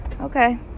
Okay